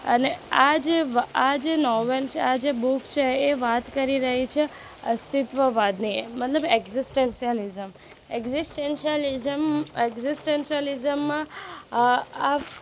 અને આ જે વા આ જે નોવેલ છે આ જે બુક છે એ વાત કરી રહી છે અસ્તિત્વવાદની મતલબ એક્સઝીસ્ટન્સિયાલિઝમ એક્સઝીસ્ટન્સિયાલિઝમ એક્સઝીસ્ટન્સિયાલિઝમમાં આ